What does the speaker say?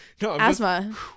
Asthma